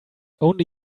only